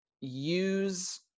use